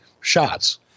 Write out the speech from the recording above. shots